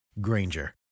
Granger